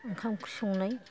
ओंखाम ओंख्रि संनाय